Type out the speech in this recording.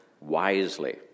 wisely